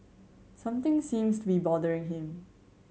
something seems to be bothering him